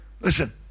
listen